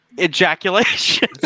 ejaculation